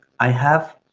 i have